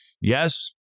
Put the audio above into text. Yes